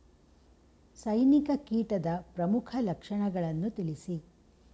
ಸೈನಿಕ ಕೀಟದ ಪ್ರಮುಖ ಲಕ್ಷಣಗಳನ್ನು ತಿಳಿಸಿ?